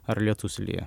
ar lietus lyja